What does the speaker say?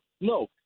No